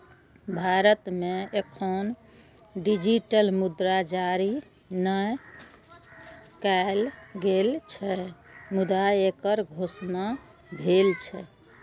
भारत मे एखन डिजिटल मुद्रा जारी नै कैल गेल छै, मुदा एकर घोषणा भेल छै